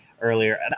earlier